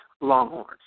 Longhorns